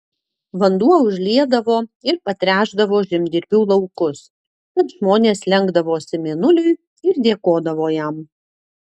vanduo užliedavo ir patręšdavo žemdirbių laukus tad žmonės lenkdavosi mėnuliui ir dėkodavo jam